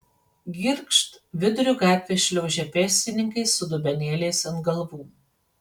girgžt viduriu gatvės šliaužia pėstininkai su dubenėliais ant galvų